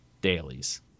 dailies